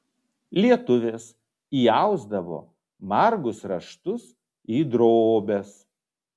lietuvės įausdavo margus raštus į drobes